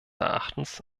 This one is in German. erachtens